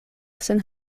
sen